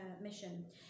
Mission